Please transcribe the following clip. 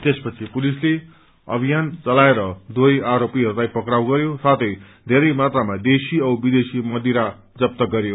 त्यसपछि पुलिसले अभियान चलाएर दुवै आरोपीहरूलाई पक्राउ गरयो साथै बेरै मात्राामा देशी विदेशी मदिरा जफ्त गरयो